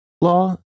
law